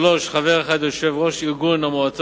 זה בשבילי עדיין?